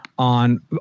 on